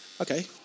Okay